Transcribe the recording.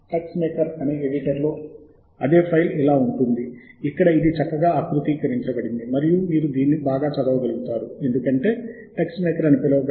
టెక్స్మేకర్లో ఈ విధముగా కనిపిస్తుంది టెక్స్వర్క్స్లో మళ్లీ ఇది చక్కగా నిర్వహించినట్లు కనిపిస్తుంది